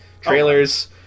trailers